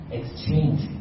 exchange